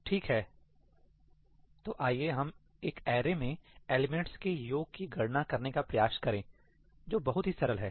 ठीक है तो आइए हम एक अरे में एलिमेंट्स के योग की गणना करने का प्रयास करें जो बहुत ही सरल है